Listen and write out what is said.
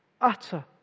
Utter